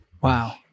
Wow